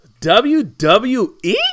WWE